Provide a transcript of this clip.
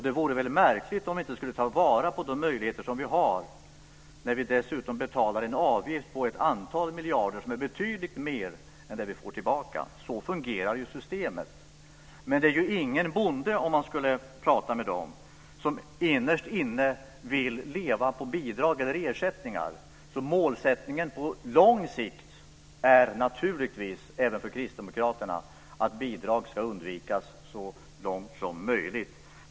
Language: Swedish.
Det vore väl märkligt om vi inte skulle ta vara på de möjligheter som vi har, när vi dessutom betalar en avgift på ett antal miljarder som är betydligt mer än det vi får tillbaka. Så fungerar ju systemet. Men det är ingen bonde, om man skulle fråga dem, som innerst inne vill leva på bidrag eller ersättningar, så målsättningen på lång sikt är naturligtvis även för Kristdemokraterna att bidrag ska undvikas så långt som möjligt.